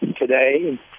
today